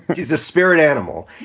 she's a spirit animal.